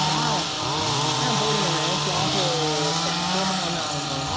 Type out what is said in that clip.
ஆ ஆ போடுங்கண்ணே ஸ்லாப்ஃபு போட்டுதாண்ணே ஆகணும்